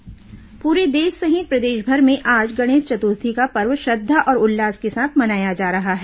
गणेश चतुर्थी पूरे देश सहित प्रदेशभर में आज गणेश चतुर्थी का पर्व श्रद्धा और उल्लास के साथ मनाया जा रहा है